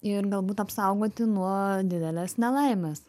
ir galbūt apsaugoti nuo didelės nelaimės